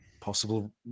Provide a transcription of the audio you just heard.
possible